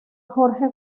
jorge